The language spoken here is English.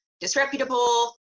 disreputable